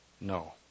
No